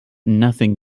nothing